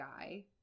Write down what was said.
guy